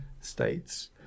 states